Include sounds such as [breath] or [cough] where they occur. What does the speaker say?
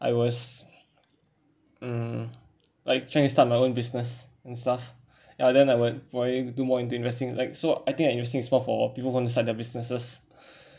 I was mm like trying to start my own business and stuff ya then I would probably do more into investing like so I think I investing for for people who want to start their businesses [breath]